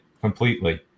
completely